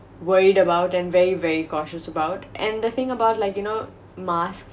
worried about and very very cautious about and the thing about like you know mask